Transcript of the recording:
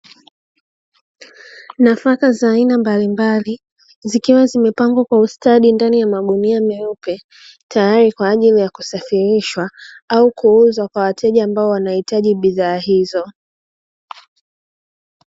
Nafaka za aina mbalimbali zikiwa zimepangwa kwa ustadi ndani ya magunia meupe, tayari kwa ajili ya kusafirishwa au kuuzwa kwa wateja ambao wanaitaji bidhaa hizo.